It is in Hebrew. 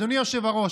אדוני היושב-ראש,